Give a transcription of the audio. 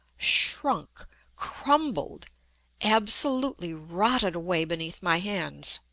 shrunk crumbled absolutely rotted away beneath my hands.